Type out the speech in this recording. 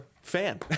fan